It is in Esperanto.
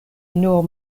nur